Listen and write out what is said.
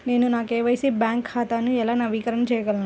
నేను నా KYC bank ఖాతాను ఎలా నవీకరణ చేయగలను?